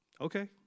okay